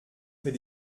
fais